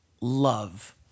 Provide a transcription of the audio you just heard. love